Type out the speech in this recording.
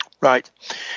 Right